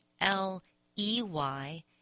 L-E-Y